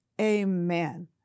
Amen